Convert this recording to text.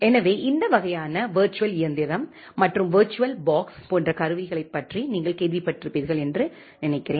எனவே இந்த வகையான விர்ச்சுவல் இயந்திரம் மற்றும் விர்ச்சுவல் பாக்ஸ் போன்ற கருவிகளைப் பற்றி நீங்கள் கேள்விப்பட்டிருப்பீர்கள் என்று நினைக்கிறேன்